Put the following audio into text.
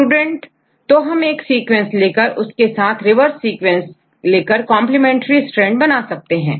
student तो हम एक सीक्वेंस लेकर उसके साथ रिवर्स सीक्वेंस लेकर कंप्लीमेंट्री STRAND बना सकते हैं